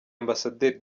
ambasaderi